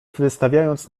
wystawiając